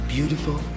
Beautiful